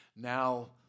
Now